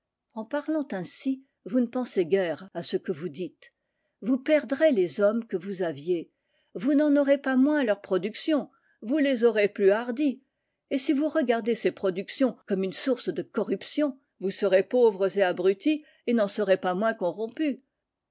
en parlant ainsi vous ne pensez guère à ce que vous dites vous perdrez les hommes que vous aviez vous n'en aurez pas moins leurs productions vous les aurez plus hardies et si vous regardez ces productions comme une source de corruption vous serez pauvres et abrutis et n'en serez pas moins corrompus